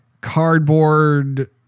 cardboard